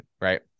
Right